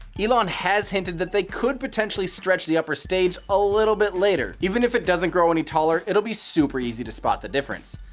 elon has hinted that they could potentially stretch the upper stage a little bit later. even if it doesn't grow any taller, it will be super easy to spot the difference.